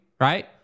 Right